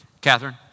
Catherine